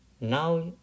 Now